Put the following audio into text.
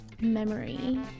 memory